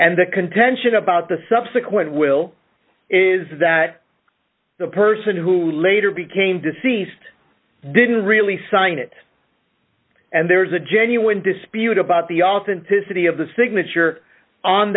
and the contention about the subsequent will is that the person who later became deceased didn't really sign it and there's a genuine dispute about the authenticity of the signature on